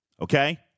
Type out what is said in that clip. Okay